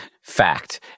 fact